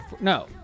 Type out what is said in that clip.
No